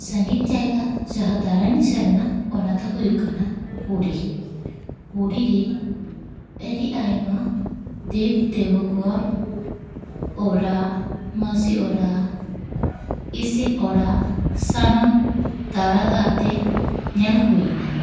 ᱥᱟᱸᱜᱤᱧ ᱡᱟᱭᱜᱟ ᱡᱟᱦᱟᱸ ᱫᱟᱬᱟᱱᱤᱧ ᱥᱮᱱ ᱞᱮᱱᱟ ᱚᱱᱟ ᱫᱚ ᱦᱩᱭᱩᱜ ᱠᱟᱱᱟ ᱯᱩᱨᱤ ᱯᱩᱨᱤᱨᱮ ᱟᱹᱰᱤ ᱟᱭᱢᱟ ᱫᱮᱵ ᱫᱮᱵᱤ ᱠᱚᱣᱟᱜ ᱚᱲᱟᱜ ᱢᱟᱥᱤ ᱚᱲᱟᱜ ᱤᱥᱤᱱ ᱚᱲᱟᱜ ᱥᱟᱱᱟᱢ ᱫᱟᱬᱟ ᱠᱟᱛᱮ ᱧᱮᱞ ᱦᱩᱭ ᱮᱱᱟ